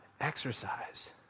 exercise